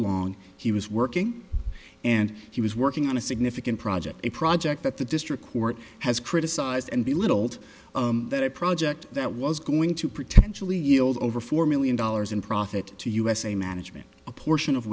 along he was working and he was working on a significant project a project that the district court has criticized and belittled that a project that was going to potentially yield over four million dollars in profit to us a management a portion of